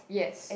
yes